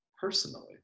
personally